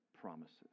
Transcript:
promises